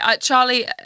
Charlie